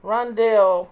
Rondell